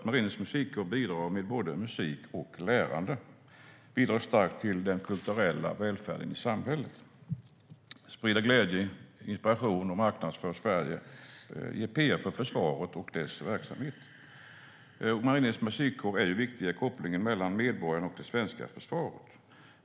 Marinens Musikkår bidrar därför med både musik och lärande och bidrar starkt till den kulturella välfärden i samhället. De sprider glädje och inspiration, marknadsför Sverige och ger pr för försvaret och dess verksamhet. Marinens Musikkår är en viktig koppling mellan medborgarna och det svenska försvaret.